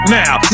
now